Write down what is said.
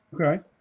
okay